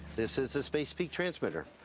this is the space speak transmitter.